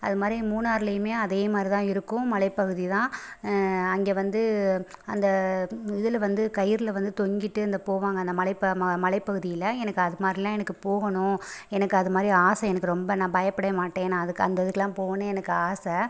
அது மாதிரி மூணாறுலியுமே அதேமாதிரி தான் இருக்கும் மலைப்பகுதி தான் அங்கே வந்து அந்த இதில் வந்து கயிறில் வந்து தொங்கிட்டு இந்த போவாங்க அந்த மலைப்ப ம மலைப்பகுதியில் எனக்கு அது மாதிரிலா எனக்கு போகணும் எனக்கு அதுமாதிரி ஆசை எனக்கு ரொம்ப நான் பயப்படவே மாட்டேன் நான் அதுக்கு அந்த இதுக்கெல்லாம் போகணும் எனக்கு ஆசை